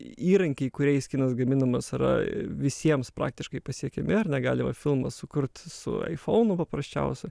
įrankiai kuriais kinas gaminamas yra visiems praktiškai pasiekiami ar ne galima filmą sukurt su aifonu paprasčiausiu